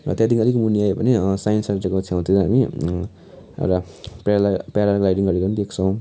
र त्यहाँदेखि अलिक मुनि आयो भने साइन्स सेन्टरको छेउतिर हामी र प्यारा प्याराग्लाइडिङ गरेको पनि देख्छौँ